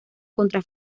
contra